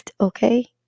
okay